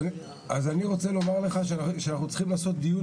אז אני רוצה לומר לך שאנחנו צריכים לעשות דיון